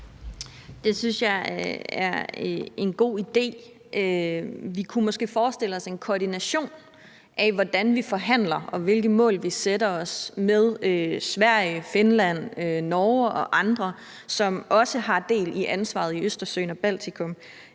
Det synes jeg er en god idé. Vi kunne måske forestille os en koordination af, hvordan vi forhandler og hvilke mål vi sætter os, altså med Sverige, Finland, Norge og andre, som også har del i ansvaret i Østersøen og Baltikum.